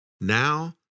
Now